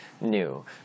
new